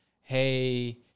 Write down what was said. hey